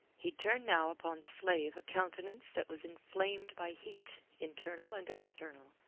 he turned now upon the slave a countenance that was inflamed by heat internal and external,